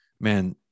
man